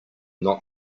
not